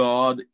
God